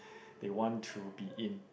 they want to be in